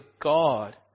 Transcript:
God